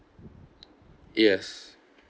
yes